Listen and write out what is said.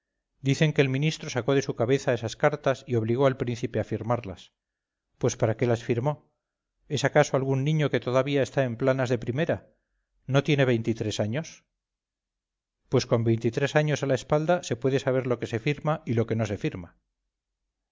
dicen que el ministro sacó de su cabeza esas cartas y obligó al príncipe a firmarlas pues para qué las firmó es acaso algún niño que todavía está en planas de primera no tiene veintitrés años pues con veintitrés años a la espalda se puede saber lo que se firma y lo que no